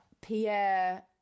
Pierre